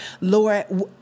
Lord